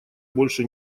больше